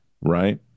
right